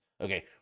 Okay